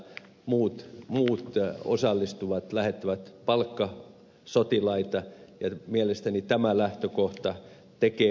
muut osallistujat lähettävät palkkasotilaita ja mielestäni tämä lähtökohta tekee meidän tilanteemme